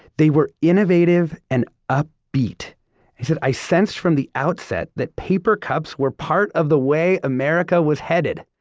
they were innovative and upbeat. he said, i sensed from the outset that paper cups were part of the way america was headed.